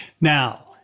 Now